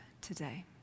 today